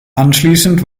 anschließend